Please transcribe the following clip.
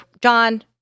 John